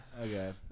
Okay